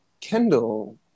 Kendall